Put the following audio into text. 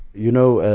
you know,